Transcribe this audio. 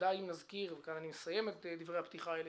ודי אם נזכיר וכאן אני מסיים את דברי הפתיחה שלי